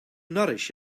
nourish